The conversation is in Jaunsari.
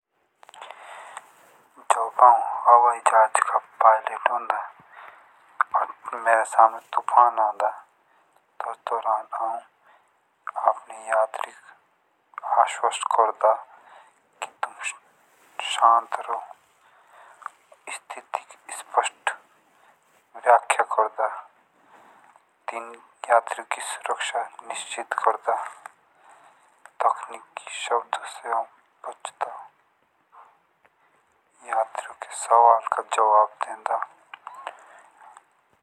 जब आऊन हवाई जहाज का पायलट होंदा। और मेरे सामने तूफान आदा तब तुरन्त आऊन अपने यात्रीक आश्वस्त कर्दा कि तुम शांत रहो। स्थिति की स्पष्ट व्याख्या कर्दा। यात्रियों की सुरक्षा निश्चित कर्दा। तकनीकी शब्दों से आऊं बचदा। यात्रियों के सवाल का जवाब देदा। और आऊन अपने अनुभव का उल्लेख कर्दा।